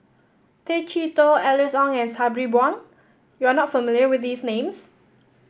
Tay Chee Toh Alice Ong and Sabri Buang you are not familiar with these names